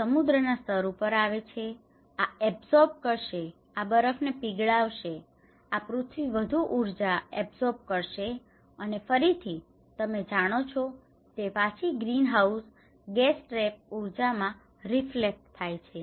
સમુદ્ર ના સ્તર ઉપર આવશે અને આ એબઝોર્બ કરશે આ બરફ ને પીગળાવશે આ પૃથ્વી વધુ ઉર્જા એબઝોર્બ કરશે અને ફરીથી તમે જાણો છો તે પાછી ગ્રીનહાઉસ ગેસ ટ્રેપ ઉર્જા માં રિફ્લેક્ટ થાય છે